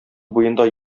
буенда